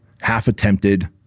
half-attempted